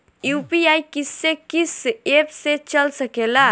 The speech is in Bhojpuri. यू.पी.आई किस्से कीस एप से चल सकेला?